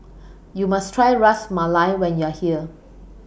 YOU must Try Ras Malai when YOU Are here